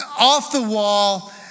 off-the-wall